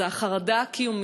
אז החרדה הקיומית,